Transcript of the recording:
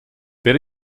per